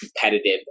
competitive